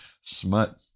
smut